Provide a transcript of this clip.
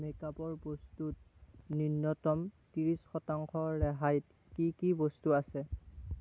মেকআপৰ বস্তুত ন্যূনতম ত্ৰিশ শতাংশ ৰেহাইত কি কি বস্তু আছে